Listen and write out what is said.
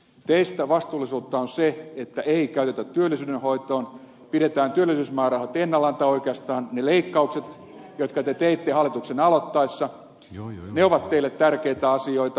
teistä vastuullisuutta on se että ei käytetä varoja työllisyyden hoitoon pidetään työllisyysmäärärahat ennallaan tai oikeastaan ne leikkaukset jotka te teitte hallituksen aloittaessa ovat teille tärkeitä asioita